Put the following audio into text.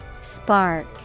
Spark